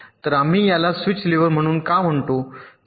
तर आम्ही याला स्विच लेव्हल म्हणून का म्हणतो